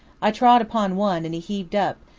i trod upon one, and he heaved up,